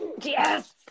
Yes